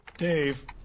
Dave